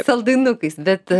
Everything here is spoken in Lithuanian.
saldainukais bet